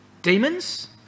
demons